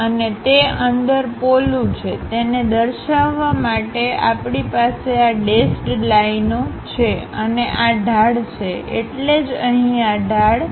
અને તે અંદર પોલુ છે તેને દર્શાવવા માટે આપણી પાસે આ ડેશ્ડલાઇનો છે અને આ ઢાળ છે એટલે જ અહીં આ ઢાળ છે